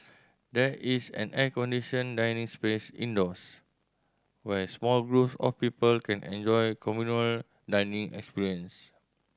there is an air conditioned dining space indoors where small groups of people can enjoy communal dining experience